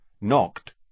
knocked